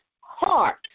heart